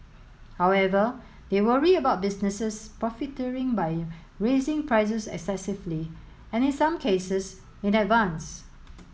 however they worry about businesses profiteering by raising prices excessively and in some cases in advance